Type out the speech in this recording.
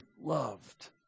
loved